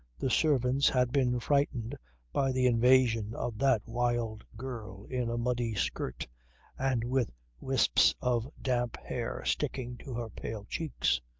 the servants had been frightened by the invasion of that wild girl in a muddy skirt and with wisps of damp hair sticking to her pale cheeks.